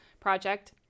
project